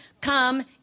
come